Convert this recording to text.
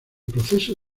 proceso